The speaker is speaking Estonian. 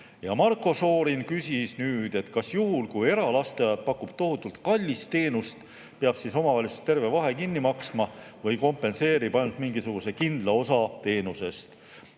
Marko Šorin küsis, kas juhul, kui eralasteaed pakub tohutult kallist teenust, peab omavalitsus terve vahe kinni maksma või kompenseerib ainult mingisuguse kindla osa teenusest.